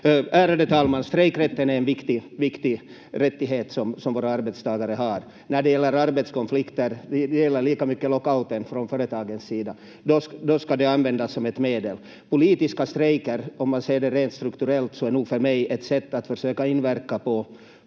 Ärade talman! Strejkrätten är en viktig rättighet som våra arbetstagare har. När det gäller arbetskonflikter — det gäller lika mycket lockouten från företagens sida — då ska de användas som ett medel. Politiska strejker, om man ser det rent strukturellt, är nog för mig ett sätt att försöka inverka på